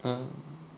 um